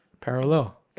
Parallel